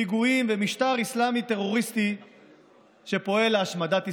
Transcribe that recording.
פיגועים ומשטר אסלאמי טרוריסטי שפועל להשמדת ישראל.